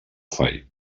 fai